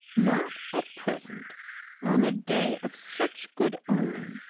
not at present on a day of such good omen,